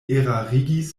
erarigis